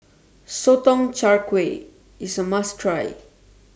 Sotong Char Kway IS A must Try